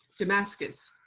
damascus,